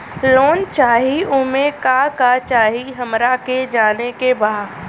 Loan चाही उमे का का चाही हमरा के जाने के बा?